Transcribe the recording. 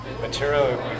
material